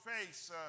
face